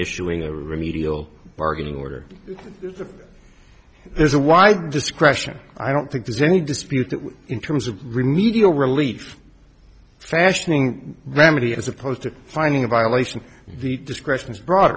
issuing a remedial bargaining order there's a wide discretion i don't think there's any dispute in terms of remedial relief fashioning remedy as opposed to finding a violation the discretion is bro